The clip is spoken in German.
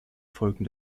folgen